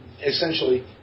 essentially